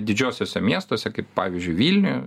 didžiuosiuose miestuose kaip pavyzdžiui vilniuj